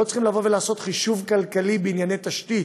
לא צריכים לעשות חישוב כלכלי בענייני תשתית,